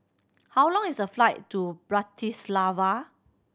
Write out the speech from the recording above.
how long is the flight to Bratislava